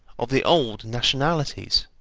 of the old nationalities.